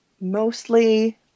mostly